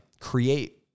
create